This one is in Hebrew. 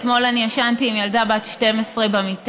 אתמול אני ישנתי עם ילדה בת 12 במיטה.